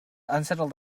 unsettled